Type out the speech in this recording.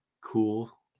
cool